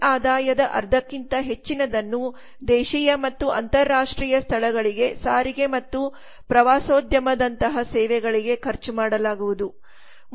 ಈ ಆದಾಯದ ಅರ್ಧಕ್ಕಿಂತ ಹೆಚ್ಚಿನದನ್ನು ದೇಶೀಯ ಮತ್ತು ಅಂತರರಾಷ್ಟ್ರೀಯ ಸ್ಥಳಗಳಿಗೆ ಸಾರಿಗೆ ಮತ್ತು ಪ್ರವಾಸೋದ್ಯಮದಂತಹ ಸೇವೆಗಳಿಗೆ ಖರ್ಚು ಮಾಡಲಾಗುವುದು